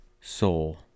soul